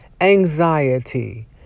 Anxiety